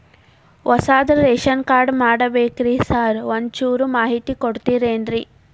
ಹೊಸದ್ ration card ಮಾಡ್ಬೇಕ್ರಿ sir ಒಂಚೂರ್ ಮಾಹಿತಿ ಕೊಡ್ತೇರೆನ್ರಿ?